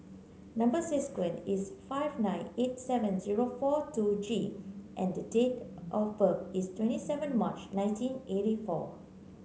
number is T five nine eight seven zero four two G and the date of birth is twenty seven March nineteen eighty four